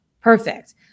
Perfect